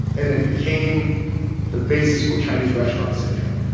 and it became the basis for chinese restaurant syndrome.